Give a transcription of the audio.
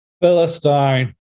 Philistine